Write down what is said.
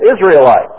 Israelite